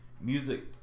music